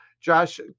Josh